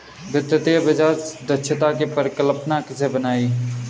वित्तीय बाजार दक्षता की परिकल्पना किसने बनाई?